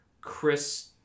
Chris